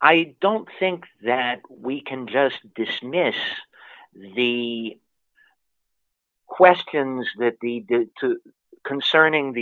i don't think that we can just dismiss the questions that need to concerning the